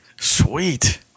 Sweet